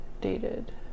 dated